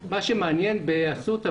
מה שמעניין באסותא,